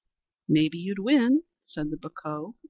maybe you'd win, said the bocough.